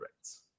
rights